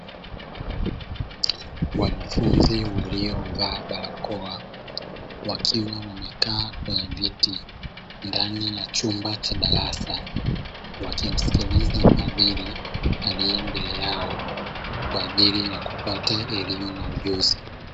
Wanafunzi waliovaa barakoa, wakiwa wamekaa kwenye viti ndani ya chumba cha darasa, wakimsikiliza muhadhiri aliye mbele yao kwa ajili ya kupata elimu na ujuzi.